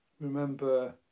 Remember